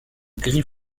gris